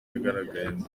yagaragayemo